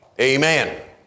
amen